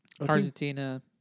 Argentina